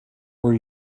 were